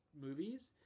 movies